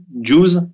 Jews